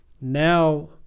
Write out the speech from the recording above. now